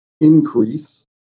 increase